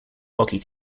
hockey